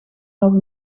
nog